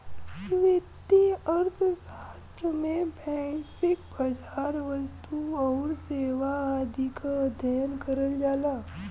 वित्तीय अर्थशास्त्र में वैश्विक बाजार, वस्तु आउर सेवा आदि क अध्ययन करल जाला